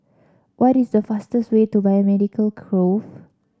what is the fastest way to Biomedical Grove